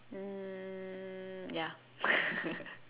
mm ya